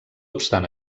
obstant